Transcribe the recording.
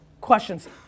Questions